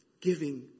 Giving